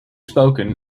spoken